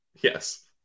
Yes